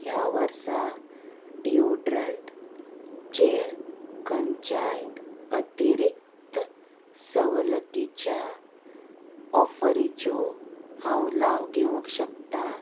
ह्या वर्सा डिओड्रंट चेर खंयच्याय अतिरिक्त सवलतीच्या ऑफरीच्यो हांव लाव घेवंक शकता